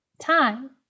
time